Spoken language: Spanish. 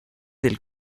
del